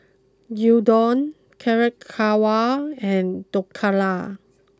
Gyudon Carrot Halwa and Dhokla